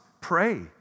pray